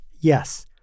yes